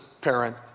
parent